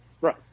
Right